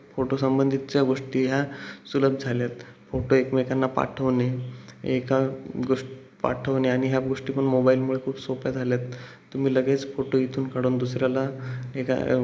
फोटोसंबंधीच्या गोष्टी ह्या सुलभ झाल्या आहेत फोटो एकमेकांना पाठवणे एक गोष्ट पाठवणे आणि ह्या गोष्टी पण मोबाईलमुळे खूप सोप्या झाल्या आहेत तुम्ही लगेच फोटो इथून काढून दुसऱ्याला एका